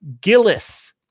Gillis